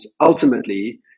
Ultimately